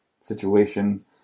situation